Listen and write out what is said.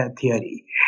theory